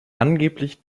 angeblich